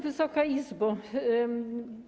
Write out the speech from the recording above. Wysoka Izbo!